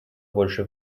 больше